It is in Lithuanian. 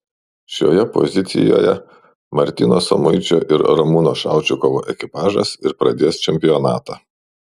šioje pozicijoje martyno samuičio ir ramūno šaučikovo ekipažas ir pradės čempionatą